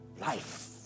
Life